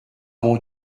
mon